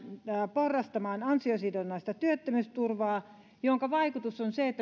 porrastamaan ansiosidonnaista työttömyysturvaa minkä vaikutus on se